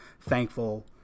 thankful